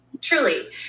truly